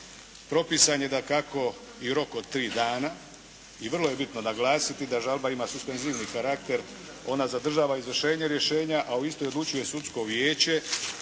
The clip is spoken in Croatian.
Propisan je dakako i rok od tri dana i vrlo je bitno naglasiti da žalba ima suspenzivni karakter. Ona zadržava izvršenje rješenja a o istoj odlučuje sudsko vijeće,